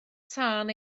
tân